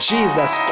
Jesus